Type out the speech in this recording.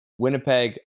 Winnipeg